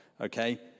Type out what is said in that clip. okay